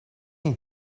این